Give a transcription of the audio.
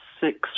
six